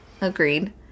Agreed